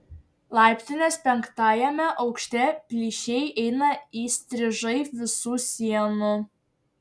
laiptinės penktajame aukšte plyšiai eina įstrižai visų sienų